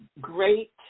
great